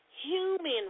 human